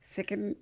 Second